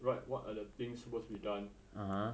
write what are the things supposed to be done